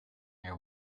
near